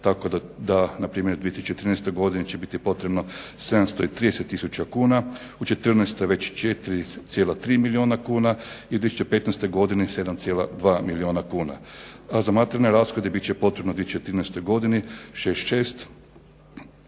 tako da na primjer u 2013. godini će biti potrebno 730000 kuna, u četrnaestoj već 4,3 milijuna kuna i u 2015. godini 7,2 milijuna kuna. Za materijalne rashode bit će potrebno u 2013. godini 66100 kn,